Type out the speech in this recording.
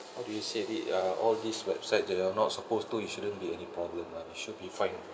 how do you say it uh all this website that you are not supposed to it shouldn't be any problem lah it should be fine